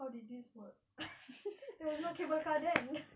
how did this work there was no cable car then